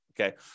okay